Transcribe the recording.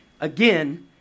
Again